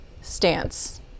stance